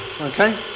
Okay